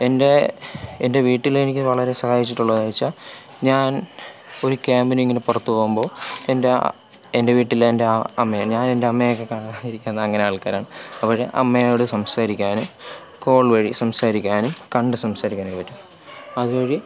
എൻ്റെ എൻ്റെ വീട്ടിലെനിക്ക് വളരെ സഹായിച്ചിട്ടുള്ളതെന്നു വെച്ചാൽ ഞാൻ ഒരു ക്യാമ്പിനിങ്ങനെ പുറത്തു പോകുമ്പോൾ എൻ്റെ ആ എൻ്റെ വീട്ടിലെ എൻ്റെ ആ അമ്മയെ ഞാനെൻ്റെ അമ്മയെയൊക്കെ കാണാതിരിക്കുന്ന അങ്ങനെ ആൾക്കാരാണ് അപ്പോൾ അമ്മയോട് സംസാരിക്കാനും കോൾ വഴി സംസാരിക്കാനും കണ്ടു സംസാരിക്കാനുമൊക്കെ പറ്റും അതുവഴി